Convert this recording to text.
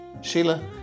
Sheila